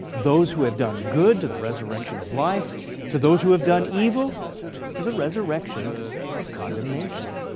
those who have done good to the resurrection of life to those who have done evil to the resurrection of condemnation.